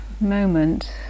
moment